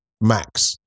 max